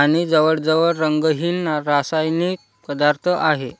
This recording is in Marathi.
आणि जवळजवळ रंगहीन रासायनिक पदार्थ आहे